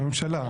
זה הממשלה.